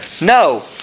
No